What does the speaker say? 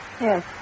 Yes